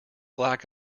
black